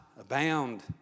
abound